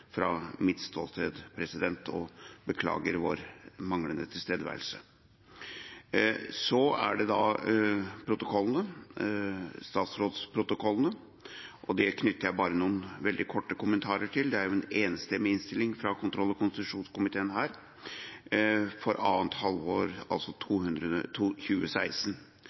Det knytter jeg bare noen veldig korte kommentarer til, for dette er en enstemmig innstilling fra kontroll- og konstitusjonskomiteen.